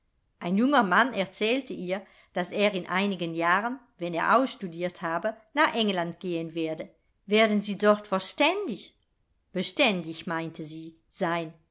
ein junger mann erzählte ihr daß er in einigen jahren wenn er ausstudiert habe nach england gehen werde werden sie dort verständig beständig meinte sie sein